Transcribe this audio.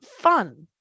fun